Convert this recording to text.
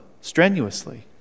strenuously